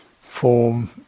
form